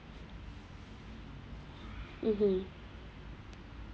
mmhmm